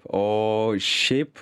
o šiaip